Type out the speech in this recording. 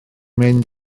mynd